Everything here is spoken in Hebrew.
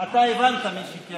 אתה הבנת מי שיקר.